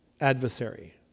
adversary